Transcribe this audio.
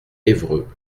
évreux